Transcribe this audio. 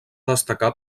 destacar